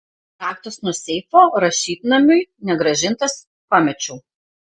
raktas nuo seifo rašytnamiui negrąžintas pamečiau